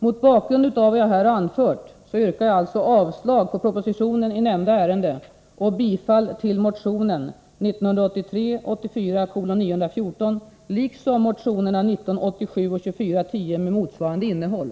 Mot bakgrund av vad jag här anfört yrkar jag avslag på propositionen i nämnda ärende och bifall till motion 1983/84:914 liksom till motionerna 1987 och 2410 med motsvarande innehåll.